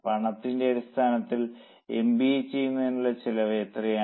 പണത്തിന്റെ അടിസ്ഥാനത്തിൽ എംബിഎ ചെയ്യുന്നതിനുള്ള ചെലവ് എത്രയാണ്